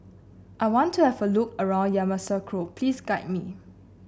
I want to have a look around Yamoussoukro please guide me